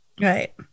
right